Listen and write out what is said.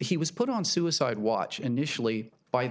he was put on suicide watch initially by the